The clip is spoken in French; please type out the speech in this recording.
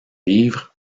livres